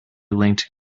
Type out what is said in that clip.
linked